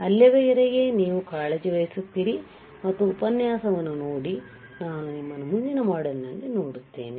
ಅಲ್ಲಿಯವರೆಗೆ ನೀವು ಕಾಳಜಿ ವಹಿಸುತ್ತೀರಿ ಮತ್ತು ಉಪನ್ಯಾಸವನ್ನು ನೋಡಿ ನಾನು ನಿಮ್ಮನ್ನು ಮುಂದಿನ ಮಾಡ್ಯೂಲ್ ನಲ್ಲಿ ನೋಡುತ್ತೇನೆ